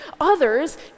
Others